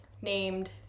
named